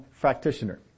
practitioner